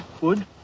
wood